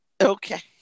Okay